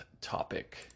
topic